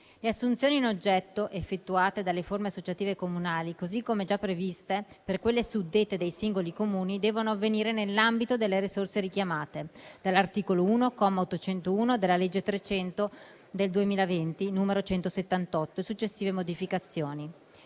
Le assunzioni in oggetto, effettuate dalle forme associative comunali, così come già previste per quelle suddette dei singoli Comuni, devono avvenire nell'ambito delle risorse richiamate dall'articolo 1, comma 801, della legge 30 dicembre 2020, n. 178, e successive modificazioni.